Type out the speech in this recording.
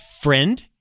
friend